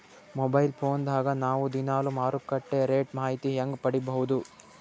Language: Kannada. ಮೊಬೈಲ್ ಫೋನ್ ದಾಗ ನಾವು ದಿನಾಲು ಮಾರುಕಟ್ಟೆ ರೇಟ್ ಮಾಹಿತಿ ಹೆಂಗ ಪಡಿಬಹುದು?